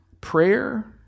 prayer